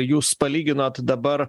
jūs palyginot dabar